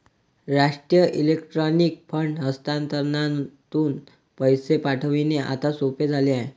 राष्ट्रीय electronic fund हस्तांतरणातून पैसे पाठविणे आता सोपे झाले आहे